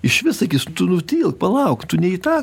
išvis sakys tu nutilk palauk tu ne į tą